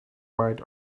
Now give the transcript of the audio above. might